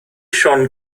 siôn